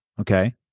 Okay